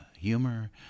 humor